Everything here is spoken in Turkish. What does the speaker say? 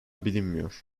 bilinmiyor